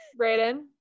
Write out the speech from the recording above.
Brayden